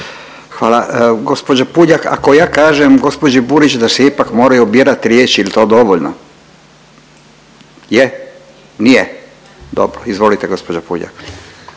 Hvala. Gospođa Puljak ako ja kažem gospođi Burić da se ipak moraju birat riječi jel to dovoljno? Je? Nije? Dobro, izvolite gospođa Puljak.